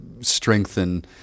strengthen